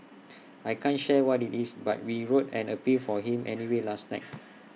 I can't share what IT is but we wrote an appeal for him anyway last night